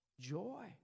joy